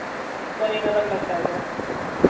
उसका रेट अलग लगता है सर